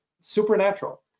Supernatural